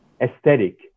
aesthetic